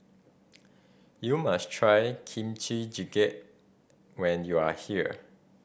you must try Kimchi Jjigae when you are here